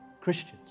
Christians